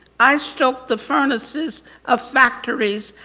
i stroke the furnaces of factories.